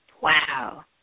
Wow